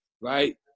right